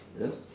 hello